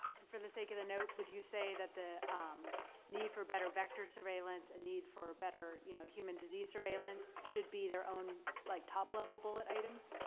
and for the sake of the notes, would you say that the um need for better vector surveillance and need for better you know human disease surveillance should be their own, like, top-level bullet items?